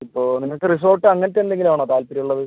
ഇപ്പോൾ നിങ്ങൾക്ക് റിസോർട്ട് അങ്ങനത്തെ എന്തെങ്കിലും ആണോ താൽപ്പര്യം ഉള്ളത്